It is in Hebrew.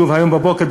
שוב היום בבוקר,